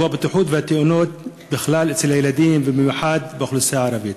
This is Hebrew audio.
וזה הבטיחות והתאונות אצל ילדים בכלל ובמיוחד באוכלוסייה הערבית.